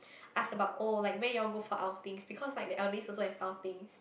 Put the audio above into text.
ask about oh like where you all go for outings because like the eldelies also have outings